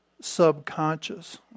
subconscious